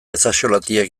ezaxolatiak